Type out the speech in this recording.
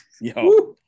yo